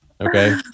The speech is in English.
Okay